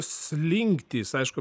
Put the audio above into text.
slinktys aišku